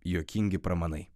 juokingi pramanai